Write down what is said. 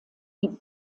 die